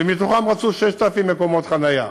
ומהם רצו 6,000 מקומות חניה.